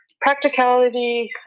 Practicality